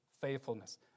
faithfulness